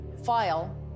file